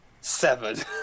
Severed